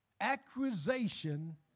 accusation